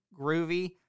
Groovy